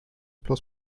plus